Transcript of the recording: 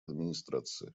администрации